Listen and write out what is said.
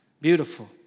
Beautiful